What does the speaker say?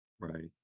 Right